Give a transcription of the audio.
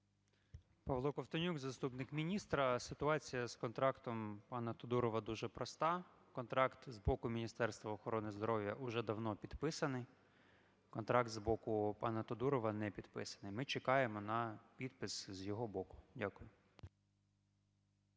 Павло Ковтонюк, заступник міністра. Ситуація з контрактом пана Тодурова дуже проста. Контракт з боку Міністерства охорони здоров'я уже давно підписаний. Контракт з боку пана Тодурова не підписаний. Ми чекаємо на підпис з його боку. Дякую.